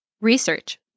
Research